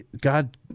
God